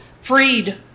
freed